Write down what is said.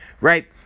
Right